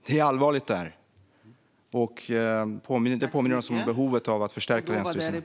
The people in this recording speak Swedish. Detta är allvarligt och påminner oss om behovet av att förstärka länsstyrelserna.